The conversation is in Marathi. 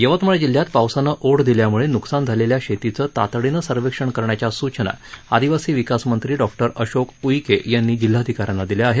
यवतमाळ जिल्ह्यात पावसानं ओढ दिल्यामुळे न्कसान झालेल्या शेतीचं तातडीनं सर्वेक्षण करण्याच्या सूचना आदिवासी विकासमंत्री डॉक्टर अशोक उईके यांनी जिल्हाधिका यांना दिल्या आहेत